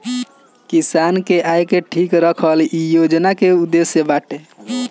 किसान के आय के ठीक रखल इ योजना के उद्देश्य बाटे